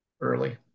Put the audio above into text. early